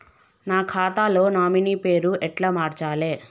నా ఖాతా లో నామినీ పేరు ఎట్ల మార్చాలే?